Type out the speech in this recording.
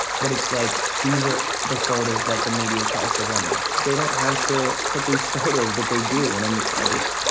but it's like these are the photos that the media tries to run with. they don't have to put these photos, but they do. and um i just,